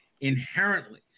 inherently